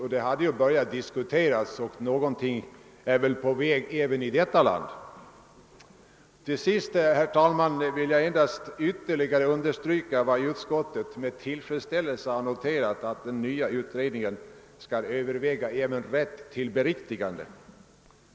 Den saken hade börjat diskuteras, och någonting är väl på väg även i England. Till sist vill jag, herr talman, endast ytterligare understryka, vad utskottet med tillfredsställelse har noterat, att den nya utredningen skall överväga även rätt till beriktigande.